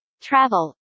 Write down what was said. travel